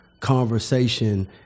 conversation